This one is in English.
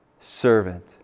servant